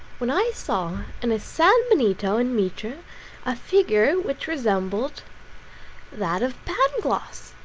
when i saw in a san-benito and mitre a figure which resembled that of pangloss!